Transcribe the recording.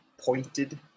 pointed